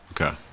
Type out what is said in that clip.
okay